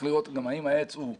צריך לראות האם העץ הוא גדול,